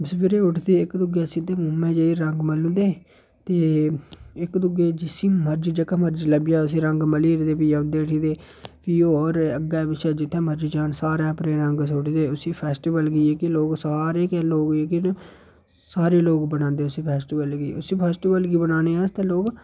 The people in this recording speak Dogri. इक दूए दे मुंहै पर सिद्धे रंग मली ओड़दे ते इक दूए गी जिसी मर्जी जेह्का मर्जी लब्भी जा उसी मली ओड़ेदे फ्ही औंदे उठी ते फ्ही होर अग्गें पिच्छें जित्थै मर्जी जान सारा अपनै रंग सुट्टदे उसी फैस्टीवल गी जेह्के लोक सारे गै लोक जेह्के न सारे लोक बनांदे उस फैस्टीवल गी उसी फैस्टीवल गी बनाने आस्तै लोक